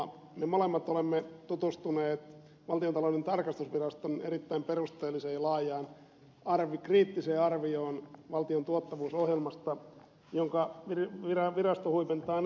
me molemmat olemme tutustuneet valtiontalouden tarkastusviraston erittäin perusteelliseen laajaan kriittiseen arvion valtion tuottavuusohjelmasta jonka arvion virasto huipentaa näin